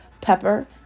pepper